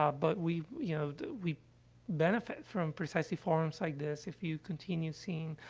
ah but we yeah we benefit from, precisely, forums like this. if you continue seeing,